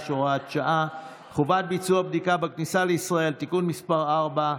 (הוראת שעה) (חובת ביצוע בדיקה בכניסה לישראל) (תיקון מס' 4),